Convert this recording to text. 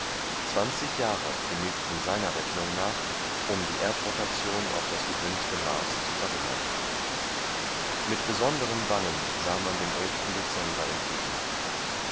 zwanzig jahre genügten seiner rechnung nach um die erdrotation auf das gewünschte maß zu verringern mit besonderem bangen sah man dem dezember entgegen